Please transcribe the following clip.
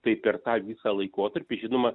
tai per tą visą laikotarpį žinoma